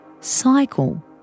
cycle